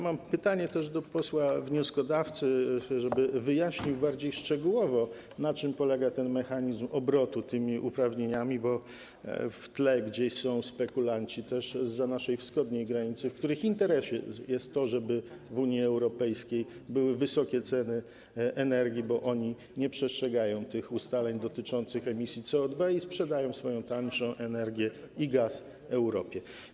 Mam też pytanie do posła wnioskodawcy, żeby wyjaśnił bardziej szczegółowo, na czym polega mechanizm obrotu tymi uprawnieniami - ponieważ w tle są spekulanci również zza naszej wschodniej granicy, w których interesie jest to, żeby w Unii Europejskiej były wysokie ceny energii, bo oni nie przestrzegają ustaleń dotyczących emisji CO2 i sprzedają swoją tańszą energię oraz gaz Europie.